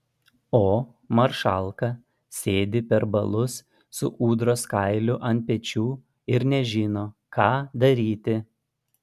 o maršalka sėdi perbalus su ūdros kailiu ant pečių ir nežino ką daryti